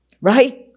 Right